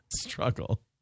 Struggle